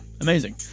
amazing